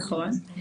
נכון.